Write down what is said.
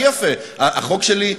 החוק שלי,